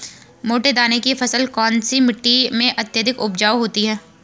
मोटे दाने की फसल कौन सी मिट्टी में अत्यधिक उपजाऊ होती है?